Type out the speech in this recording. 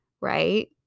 right